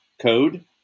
code